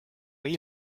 või